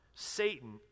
Satan